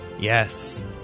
Yes